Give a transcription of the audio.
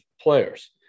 players